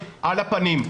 על הפנים.